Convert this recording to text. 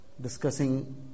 discussing